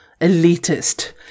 elitist